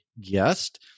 guest